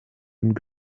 und